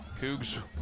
Cougs